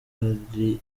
hari